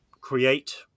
create